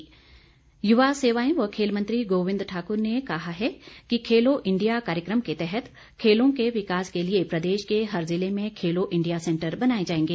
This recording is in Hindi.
गोविंद ठाकुर युवा सेवाएं व खेल मंत्री गोविंद ठाकुर ने कहा है कि खेलो इंडिया कार्यक्रम के तहत खेलो के विकास के लिए प्रदेश के हर जिले में खेलो इंडिया सेंटर बनाए जाएंगे